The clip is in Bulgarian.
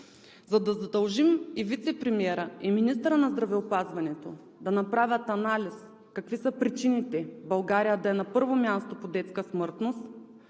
За да задължим и вицепремиера, и министъра на здравеопазването да направят анализ какви са причините България да е на първо място по детска смъртност,